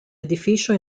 edificio